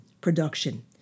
production